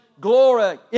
glory